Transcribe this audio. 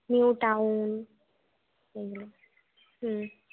নিউটাউন এইগুলো হুম